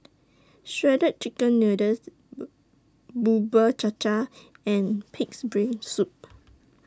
Shredded Chicken Noodles Bubur Cha Cha and Pig'S Brain Soup